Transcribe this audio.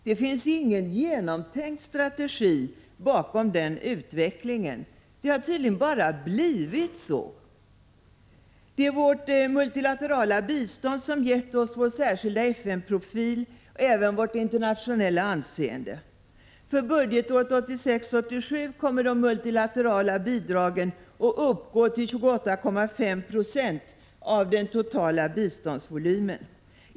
Det finns ingen genomtänkt strategi bakom denna utveckling. Det har tydligen bara blivit så. Det är vårt multinaterala bistånd som gett oss vår särskilda FN-profil och även vårt internationella anseende. För budgetåret 1986/87 kommer de multiraterala bidragen att uppgå till 28,5 96 av den totala biståndsvolymen.